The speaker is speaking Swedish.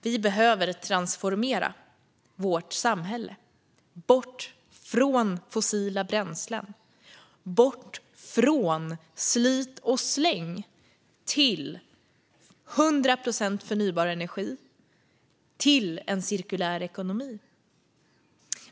Vi behöver transformera vårt samhälle, från fossila bränslen och slit och släng till 100 procent förnybar energi och en cirkulär ekonomi.